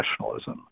nationalism